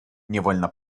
невольно